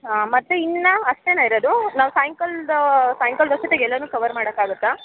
ಹಾಂ ಮತ್ತು ಇನ್ನು ಅಷ್ಟೇನಾ ಇರೋದು ನಾವು ಸಾಯಂಕಾಲದ ಸಾಯಂಕಾಲ್ದ ಅಷ್ಟೊತ್ತಿಗೆ ಎಲ್ಲನೂ ಕವರ್ ಮಾಡಕ್ಕಾಗುತ್ತಾ